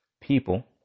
People